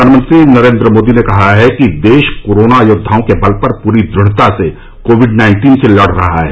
प्रधानमंत्री नरेन्द्र मोदी ने कहा है कि देश कोरोना योद्वाओं के बल पर पूरी द्रढ़ता से कोविड नाइन्टीन से लड़ रहा है